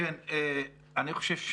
אני חושב,